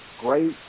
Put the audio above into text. great